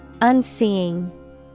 Unseeing